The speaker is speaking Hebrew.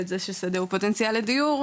על זה ששדה הוא פוטנציאל לדיור,